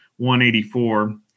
184